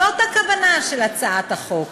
זו הכוונה של הצעת החוק,